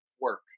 work